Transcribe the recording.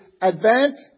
advance